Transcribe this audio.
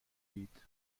دید